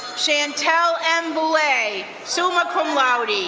shantelle m. bullae, summa cum laude,